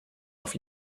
auf